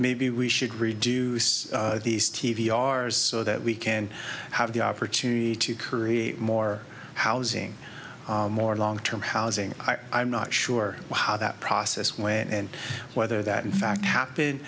maybe we should reduce these t v ours so that we can have the opportunity to create more housing more long term housing i'm not sure how that process went and whether that in fact happen